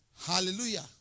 Hallelujah